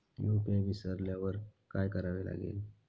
UPI विसरल्यावर काय करावे लागेल?